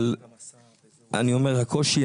אבל אני אומר שהקושי